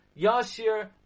yashir